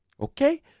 okay